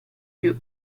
più